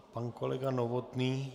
Pan kolega Novotný...?